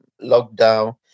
lockdown